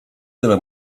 tyle